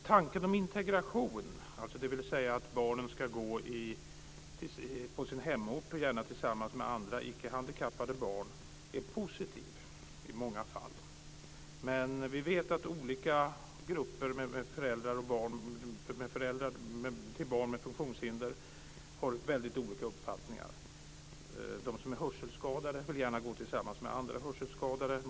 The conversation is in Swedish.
Tanken om integration, dvs. att barnen ska gå i skola på sin hemort, gärna tillsammans med andra icke handikappade barn, är positiv i många fall. Men vi vet att olika grupper med föräldrar till barn med funktionshinder har väldigt olika uppfattningar. De som är hörselskadade vill gärna gå tillsammans med andra hörselskadade.